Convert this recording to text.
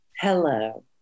Hello